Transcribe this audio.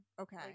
Okay